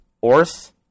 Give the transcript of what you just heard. Orth